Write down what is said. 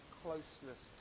closeness